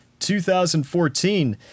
2014